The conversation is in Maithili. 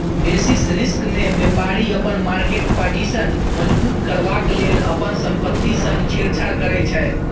बेसिस रिस्कमे बेपारी अपन मार्केट पाजिशन मजगुत करबाक लेल अपन संपत्ति संग छेड़छाड़ करै छै